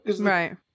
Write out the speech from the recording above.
Right